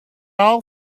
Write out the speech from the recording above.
all